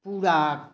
पूरा